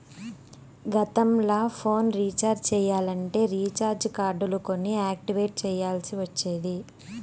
గతంల phone recharge చెయ్యాలంటే recharge కార్డులు కొని యాక్టివేట్ చెయ్యాల్ల్సి ఒచ్చేది